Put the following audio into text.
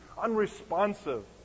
unresponsive